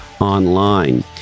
online